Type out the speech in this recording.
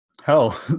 Hell